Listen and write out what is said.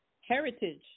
Heritage